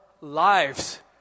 lives